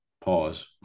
Pause